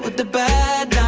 the bad nights